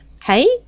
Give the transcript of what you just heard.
Hey